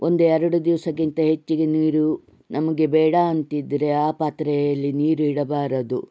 ಒಂದೆರಡು ದಿವಸಕ್ಕಿಂತ ಹೆಚ್ಚಿಗೆ ನೀರು ನಮಗೆ ಬೇಡಾ ಅಂತಿದ್ರೆ ಆ ಪಾತ್ರೆಯಲ್ಲಿ ನೀರು ಇಡಬಾರದು